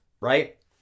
right